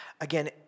Again